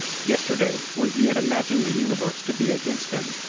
yesterday, when he had imagined the universe to be against him,